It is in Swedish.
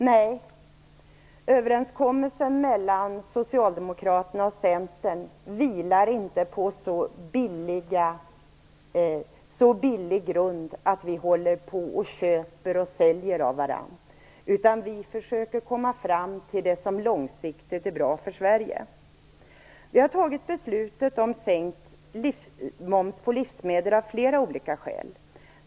Nej, överenskommelsen mellan Socialdemokraterna och Centern vilar inte på så svag grund att vi håller på och köper och säljer av varandra, utan vi försöker komma fram till det som långsiktigt är bra för Sverige. Vi har fattat beslutet om sänkt moms på livsmedel av flera olika skäl.